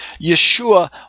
yeshua